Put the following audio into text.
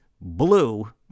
blue